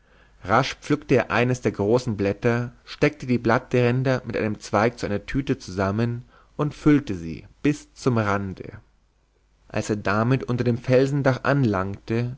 rasch pflückte er eines der großen blätter steckte die blattränder mit einem zweig zu einer tüte zusammen und füllte sie bis zum rande als er damit unter dem felsendach anlangte